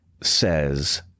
says